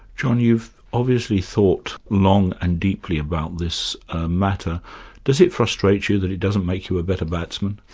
john, you've obviously thought long and deeply about this matter does it frustrate you that it doesn't make you a better batsman?